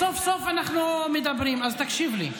סוף-סוף אנחנו מדברים, אז תקשיב לי.